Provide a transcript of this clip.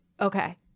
Okay